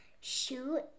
shoot